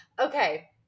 Okay